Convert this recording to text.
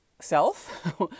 self